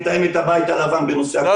מתאמת הבית הלבן בנושא הקורונה ---,